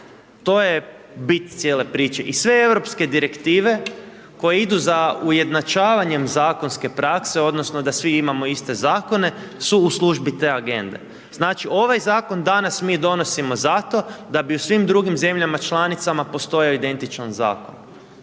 To je bit cijele priče i sve europske Direktive koje idu za ujednačavanjem zakonske prakse odnosno da svi imamo iste zakone, su u službi te agende. Znači, ovaj zakon danas mi donosimo zato da bi u svim drugim zemljama članicama postojao identičan zakon,